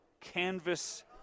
canvas